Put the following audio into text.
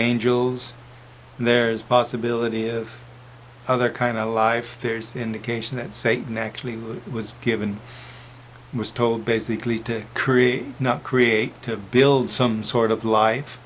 angels and there's possibility of other kind of life there's indication that satan actually was given was told basically to create not create to build some sort of life